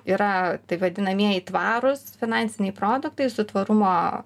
yra taip vadinamieji tvarūs finansiniai produktai su tvarumo